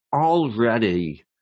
already